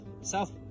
south